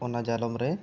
ᱚᱱᱟ ᱡᱟᱞᱚᱢ ᱨᱮ